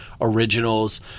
originals